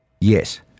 Yes